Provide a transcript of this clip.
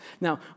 Now